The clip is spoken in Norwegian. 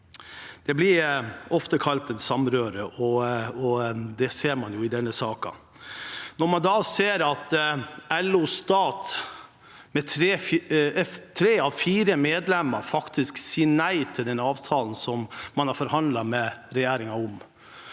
Det blir ofte kalt samrøre, og det ser man i denne saken. Når man også ser at tre av fire medlemmer i LO Stat faktisk sier nei til den avtalen som man har forhandlet med regjeringen om,